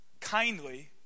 kindly